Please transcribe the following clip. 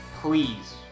please